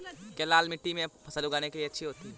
क्या लाल मिट्टी फसल उगाने के लिए अच्छी होती है?